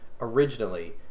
originally